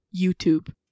YouTube